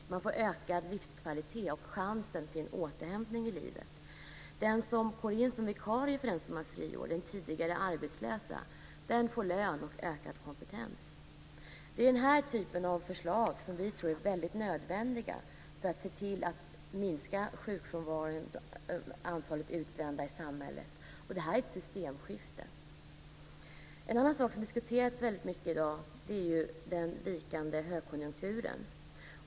Man får ökad livskvalitet och chans till en återhämtning i livet. Den som går in som vikarie för den som har friår, den tidigare arbetslöse, får lön och ökad kompetens. Det är den här typen av förslag som vi tror är nödvändiga för att minska sjukfrånvaron och antalet utbrända i samhället. Det här är ett systemskifte. En annan sak som diskuteras väldigt mycket i dag är den vikande högkonjunkturen.